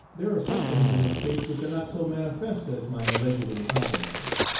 there are some things in this case which are not so manifest as my alleged incompetency,